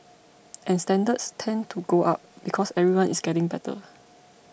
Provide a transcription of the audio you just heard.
and standards tend to go up because everyone is getting better